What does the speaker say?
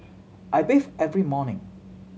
I bathe every morning